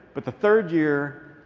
but the third year,